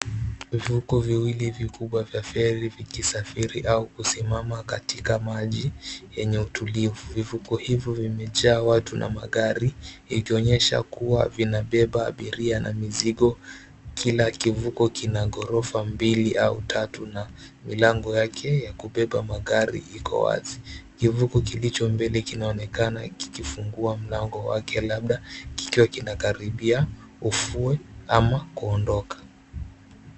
Vivuko viwili vikubwa viya feri vikisafari au kusimama katika maji yenye utulivu. Vivuko hivyo vimejaa watu na magari ikionyesha kuwa vinabeba abiria na mizigo. Kila kivuko kina ghorofa mbili au tatu na milango yake ya kubeba magari iko wazi. Kivuko kilicho mbele kinaonekana kikifungua mlango wake labda kikiwa kinakaribia ufuwe ama kuondoka.